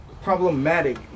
problematic